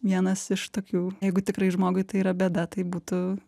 vienas iš tokių jeigu tikrai žmogui tai yra bėda tai būtų